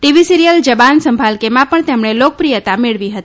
TV serial જવાબ સંભાલ કે માં પણ તેમણે લોકપ્રિયતા મેળવી હતી